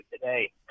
today